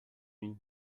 une